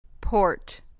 port